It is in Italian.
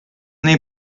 nei